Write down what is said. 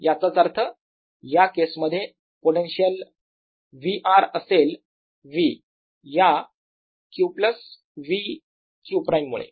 याचाच अर्थ या केसमध्ये पोटेन्शियल V असेल V या q V q′ मुळे